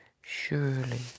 surely